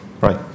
right